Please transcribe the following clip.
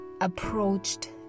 approached